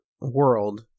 world